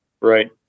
Right